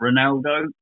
Ronaldo